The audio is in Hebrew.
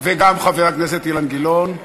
וגם חבר הכנסת אילן גילאון,